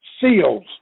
seals